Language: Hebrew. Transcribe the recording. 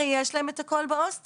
הרי יש להם את הכל בהוסטל.